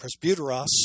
presbyteros